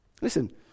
Listen